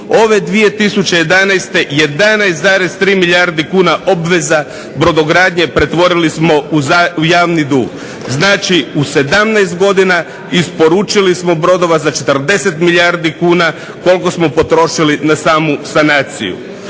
Ove 2011. 11,3 milijardi kuna obveza brodogradnje pretvorili smo u javni dug. Znači u 17 godina isporučili smo brodova za 40 milijardi kuna koliko smo potrošili na samu sanaciju.